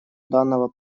данного